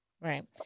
Right